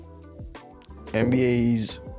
NBA's